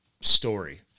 story